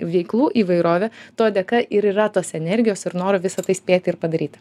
veiklų įvairovė to dėka ir yra tos energijos ir noro visa tai spėti ir padaryti